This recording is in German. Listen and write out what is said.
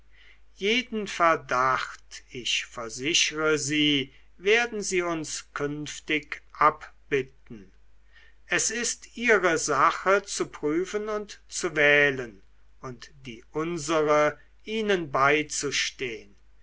jeden verdacht ich versichere sie werden sie uns künftig abbitten es ist ihre sache zu prüfen und zu wählen und die unsere ihnen beizustehn